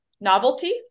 novelty